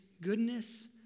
goodness